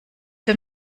für